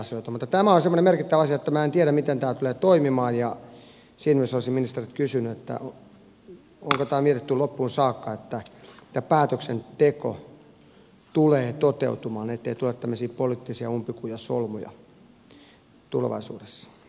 mutta tämä on semmoinen merkittävä asia että minä en tiedä miten tämä tulee toimimaan ja siinä mielessä olisin ministeriltä kysynyt onko tämä mietitty loppuun saakka niin että päätöksenteko tulee toteutumaan ettei tule tämmöisiä poliittisia umpikujasolmuja tulevaisuudessa